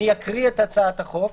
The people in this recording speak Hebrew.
אני אקרא את הצעת החוק,